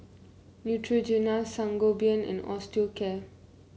Neutrogena Sangobion and Osteocare